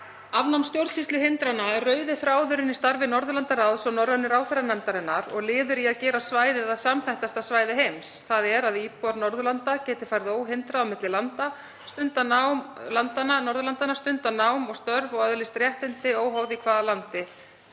Afnám stjórnsýsluhindrana er rauði þráðurinn í starfi Norðurlandaráðs og norrænu ráðherranefndarinnar og liður í að gera svæðið að samþættast svæði heims, þ.e. að íbúar Norðurlanda geti farið óhindrað milli landanna, stundað nám og störf og öðlist réttindi óháð því í hvaða landi